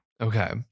Okay